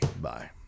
bye